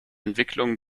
entwicklung